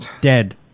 Dead